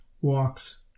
walks